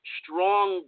strong